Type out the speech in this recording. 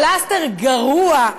פלסטר גרוע,